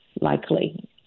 likely